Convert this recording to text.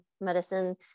medicine